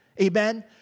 Amen